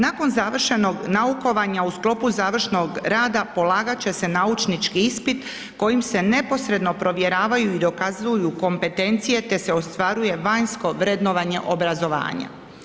Nakon završenog naukovanja u sklopu završnog rada polagat će se naučnički ispit kojim se neposredno provjeravaju i dokazuju kompetencije te se ostvaruje vanjsko vrednovanje obrazovanja.